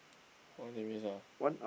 why they miss ah